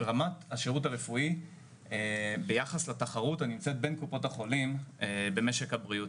רמת השירות הרפואי ביחס לתחרות הנמצאת בין קופות החולים במשק הבריאות,